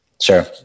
Sure